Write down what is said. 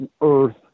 Earth